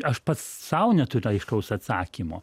aš pats sau neturiu aiškaus atsakymo